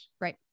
Right